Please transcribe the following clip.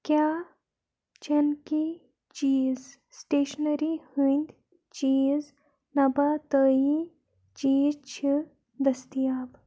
کیٛاہ چیٚنٕکی چیٖز سٕٹیشنٔری ہٕنٛدۍ چیٖز نَباتٲیی چیٖز چھِ دٔستیاب